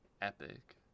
epic